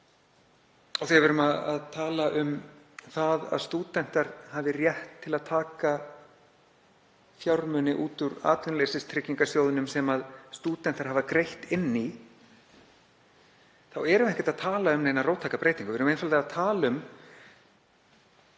Þegar við tölum um að stúdentar hafi rétt til að taka fjármuni út úr Atvinnuleysistryggingasjóði sem stúdentar hafa greitt inn í, þá erum við ekkert að tala um neinar róttækar breytingar, við erum einfaldlega að tala um